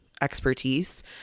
expertise